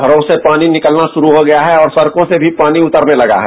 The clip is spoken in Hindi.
घरों से पानी निकलना शुरू हो गया है और सड़कों से भी पानी उतरने लगा है